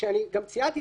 אני גם ציינתי,